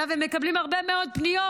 ואליו הם מקבלים הרבה מאוד פניות,